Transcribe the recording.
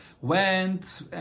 went